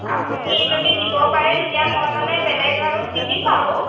আপুনি যদি দিব পাৰে তেতিয়া মই মানে বেলেগ আৰু নিবিচাৰোঁ